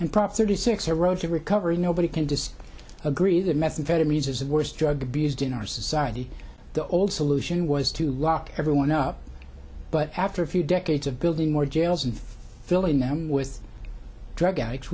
and prop thirty six a road to recovery nobody can just agree that methamphetamines is the worst drug abuse din our society the old solution was to lock everyone up but after a few decades of building more jails and filling them with drug addicts